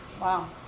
Wow